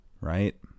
Right